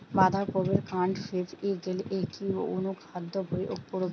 বাঁধা কপির কান্ড ফেঁপে গেলে কি অনুখাদ্য প্রয়োগ করব?